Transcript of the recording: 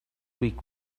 week